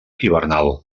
hivernal